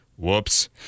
Whoops